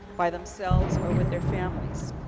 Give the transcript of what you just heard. by themselves or with their families.